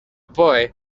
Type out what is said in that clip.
boy